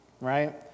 right